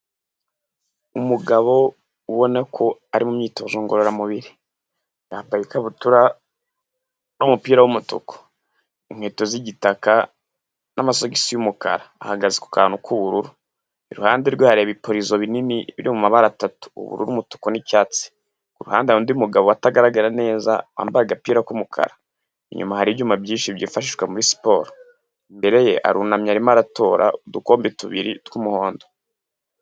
Umugabo ubona ko ari mu myitozo ngororamubiri, yambaye ikabutura n'umupira w'umutuku, inkweto z'igitaka n'amasogisi y'umukara, ahagaze ku kantu k'ubururu iruhande rwe hari binini biri mu mabara atatu ubururu, umutuku, n'icyatsi. Kuruhande hari undi mugabo utagaragara neza wambaye agapira k'umukara, inyuma hari ibyuma byinshi byifashishwa muri siporo, imbere ye arunamye arimo aratora udukombe tubiri tw'umuhondo.